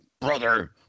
Brother